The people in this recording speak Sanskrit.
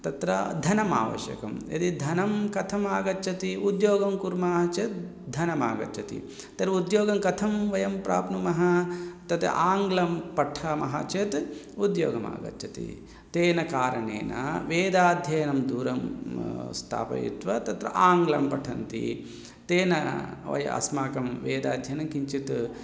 तत्र धनमावश्यकं यदि कथमागच्छति उद्योगं कुर्मः चेत् धनमागच्छति तर्हि उद्योगं कथं वयं प्राप्नुमः तत् आङ्ग्लं पठामः चेत् उद्योगमागच्छति तेन कारणेन वेदाध्ययनं दूरं स्थापयित्वा तत्र आङ्ग्लं पठन्ति तेन वयम् अस्माकं वेदाध्ययने किञ्चित्